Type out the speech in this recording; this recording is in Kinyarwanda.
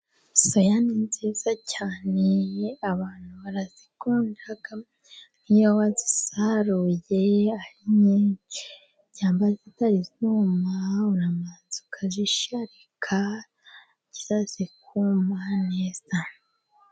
Soya ni nziza cyane abantu barazikunda, nk'iyobazisaruye arinyinshi, cyangwa zitari zuma urabanza ukazisharika zarangiza zikuma neza.